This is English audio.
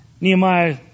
Nehemiah